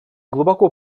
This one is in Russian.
глубоко